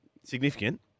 significant